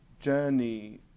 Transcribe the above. journey